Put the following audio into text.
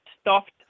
stuffed